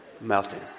melting